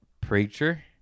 Preacher